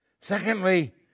Secondly